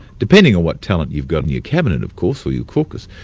depending on what talent you've got in your cabinet, of course, or your caucus.